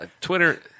Twitter